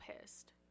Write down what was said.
pissed